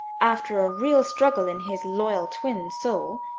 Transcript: after a real struggle in his loyal twin soul,